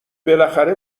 بالاخره